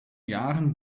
jahren